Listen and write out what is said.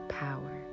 power